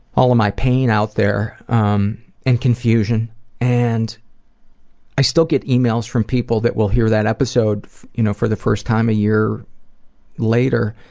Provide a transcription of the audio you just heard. all of my pain out there um and confusion and i still get emails from people that will hear that episode you know for the first time a year later,